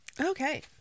Okay